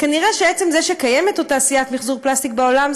כנראה עוד קיימת תעשיית מחזור פלסטיק בעולם,